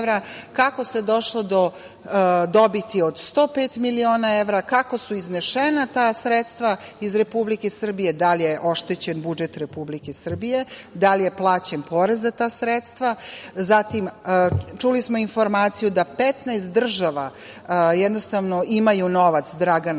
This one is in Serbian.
kako se došlo do dobiti od 105 miliona evra, kako su iznesena ta sredstva iz Republike Srbije, da li je oštećen budžet Republike Srbije, da li je plaćen porez za ta sredstva. Čuli smo informaciju da 15 država imaju novac Dragana